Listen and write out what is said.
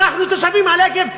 אנחנו תושבי הנגב לפניכם.